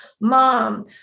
mom